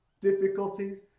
difficulties